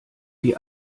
die